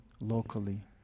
locally